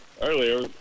Earlier